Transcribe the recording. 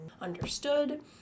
understood